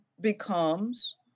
becomes